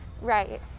Right